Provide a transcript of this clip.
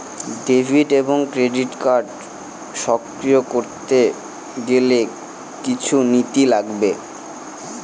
Debit এবং credit card সক্রিয় করতে গেলে কিছু নথি লাগবে?